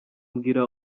mbwira